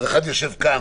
אז אחד יושב כאן,